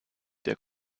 der